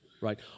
right